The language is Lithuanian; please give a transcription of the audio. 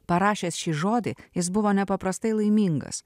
parašęs šį žodį jis buvo nepaprastai laimingas